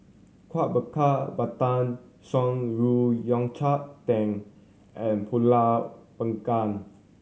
Kueh Bakar Pandan Shan Rui Yao Cai Tang and Pulut Panggang